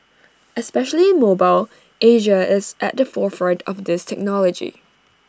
especially in mobile Asia is at the forefront of this technology